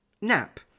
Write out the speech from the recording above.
Nap